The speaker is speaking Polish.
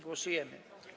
Głosujemy.